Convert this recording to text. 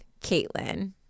Caitlin